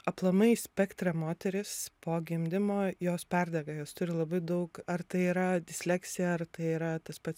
aplamai spektre moterys po gimdymo jos perdega jos turi labai daug ar tai yra disleksija ar tai yra tas pats